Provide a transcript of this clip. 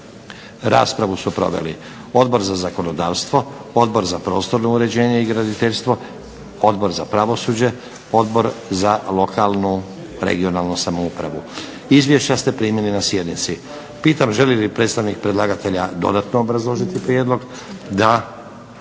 Raspravu su proveli Odbor za zakonodavstvo, Odbor za prostorno uređenje i graditeljstvo, Odbor za pravosuđe, Odbor za lokalnu (regionalnu) samoupravu. Izvješća ste primili na sjednici. Pitam želi li predstavnik predlagatelja dodatno obrazložiti prijedlog? Da.